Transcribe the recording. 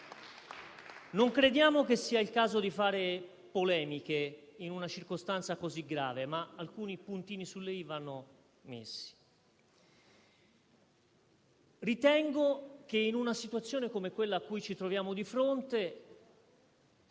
Non crediamo sia il caso di fare polemiche in una circostanza così grave, ma alcuni puntini sulle i vanno messi. Ritengo che, in una situazione come quella che ci troviamo di fronte,